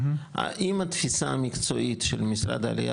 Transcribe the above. האם התפיסה המקצועית של משרד העלייה